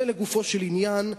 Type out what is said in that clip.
זה לגופו של עניין,